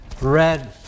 red